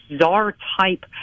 czar-type